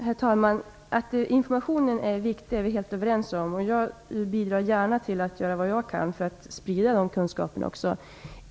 Herr talman! Vi är helt överens om att informationen är viktig, och jag bidrar gärna med det som jag kan för att sprida kunskaper på området.